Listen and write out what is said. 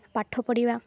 ପାଠ ପଢ଼ିବା